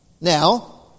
Now